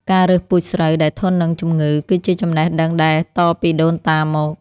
ការរើសពូជស្រូវដែលធន់នឹងជំងឺ គឺជាចំណេះដឹងដែលតពីដូនតាមក។